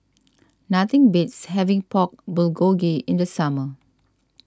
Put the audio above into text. nothing beats having Pork Bulgogi in the summer